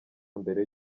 mbere